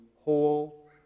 whole